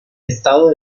estado